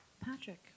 Patrick